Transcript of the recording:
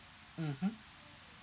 mmhmm